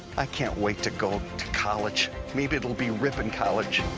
i can't wait to go to college. maybe it'll be ripon college.